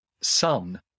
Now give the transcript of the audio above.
sun